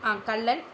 ஆ Kallal